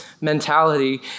mentality